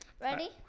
Ready